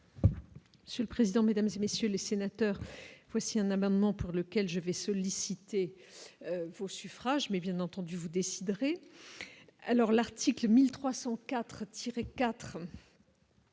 sauf. Ce président, mesdames et messieurs les sénateurs, voici un amendement pour lequel je vais solliciter. Vos suffrages mais bien entendu vous déciderez alors l'article 1304